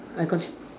I consi~